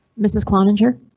mrs cloninger.